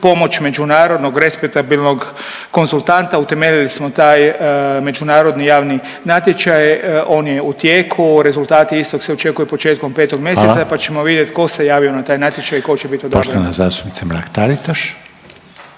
pomoć međunarodnog respektabilnog konzultanta utemeljili smo taj međunarodni javni natječaj, on je u tijeku. Rezultati istog se očekuju početkom 5. mjeseca …/Upadica: Hvala./… pa ćemo vidjeti to se javio na taj natječaj i tko će biti odabran. **Reiner, Željko